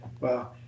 Wow